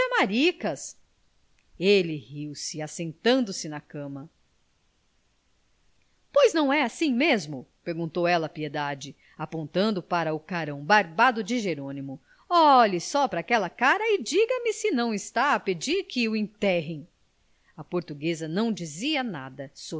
maricas ele riu-se assentando se na cama pois não é assim mesmo perguntou ela a piedade apontando para o carão barbado de jerônimo olhe só praquela cara e diga-me se não está a pedir que o enterrem a portuguesa não dizia nada